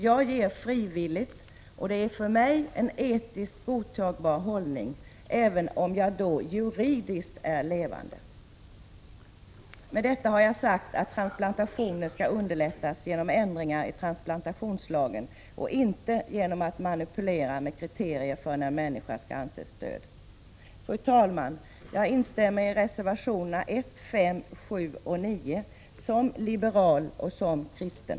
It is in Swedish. Jag ger frivilligt, och det är för mig en etiskt godtagbar hållning, även om jag då juridiskt är levande. Med detta har jag sagt att transplantationer skall underlättas genom ändringar i transplantationslagen och inte genom att man manipulerar med kriterierna för när en människa skall anses död. Fru talman! Jag yrkar bifall till reservationerna 1, 5,7 och 9 som liberal och som kristen.